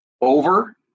over